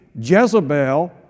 Jezebel